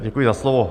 Děkuji za slovo.